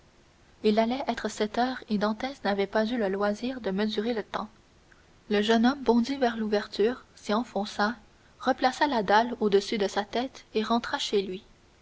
il allait être sept heures et dantès n'avait pas eu le loisir de mesurer le temps le jeune homme bondit vers l'ouverture s'y enfonça replaça la dalle au-dessus de sa tête et rentra chez lui